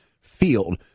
field